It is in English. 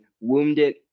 wounded